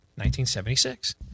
1976